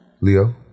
Leo